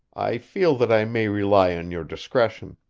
i feel that i may rely on your discretion.